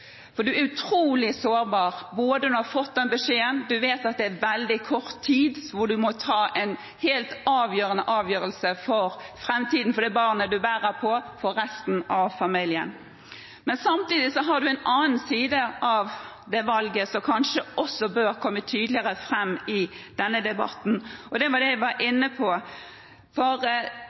for man er utrolig sårbar når man har fått denne beskjeden. Man vet at man har veldig kort tid på å ta en helt avgjørende avgjørelse for framtiden – for det barnet man bærer på, og for resten av familien. Samtidig er det en annen side av dette valget som kanskje også bør komme tydeligere fram i denne debatten. Det er det jeg var inne på, det presset man utsettes for.